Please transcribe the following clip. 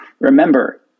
Remember